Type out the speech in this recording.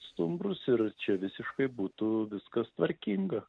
stumbrus ir čia visiškai būtų viskas tvarkinga